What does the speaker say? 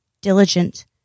diligent